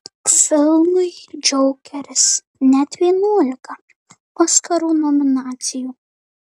filmui džokeris net vienuolika oskarų nominacijų